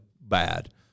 bad